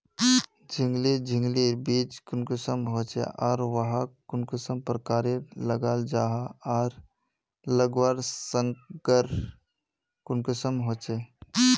झिंगली झिंग लिर बीज कुंसम होचे आर वाहक कुंसम प्रकारेर लगा जाहा आर लगवार संगकर कुंसम होचे?